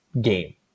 game